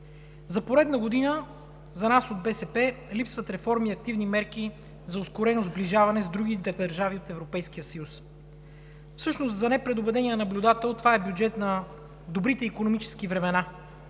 За поредна година за нас от БСП липсват реформи и активни мерки за ускорено сближаване с другите държави в Европейския съюз. Всъщност за непредубедения наблюдател това е бюджет на добрите икономически времена,